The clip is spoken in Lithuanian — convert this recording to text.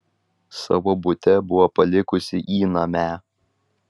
savo bute buvo palikusi įnamę